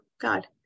God